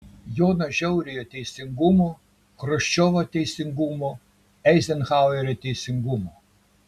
jono žiauriojo teisingumo chruščiovo teisingumo eizenhauerio teisingumo